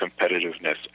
Competitiveness